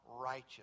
righteous